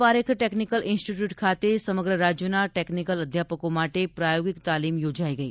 Parekh technical institute ખાતે સમગ્ર રાજ્યના ટેકનીકલ અધ્યાપકો માટે પ્રાયોગિક તાલીમ યોજાઇ ગઇ